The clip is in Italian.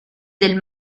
del